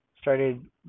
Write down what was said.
started